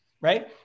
right